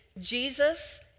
Jesus